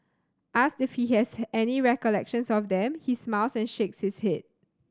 asked if he has any recollections of them he smiles and shakes his head